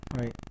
Right